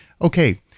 okay